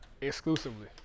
Exclusively